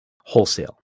Wholesale